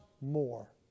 more